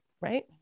right